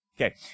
Okay